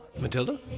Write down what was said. Matilda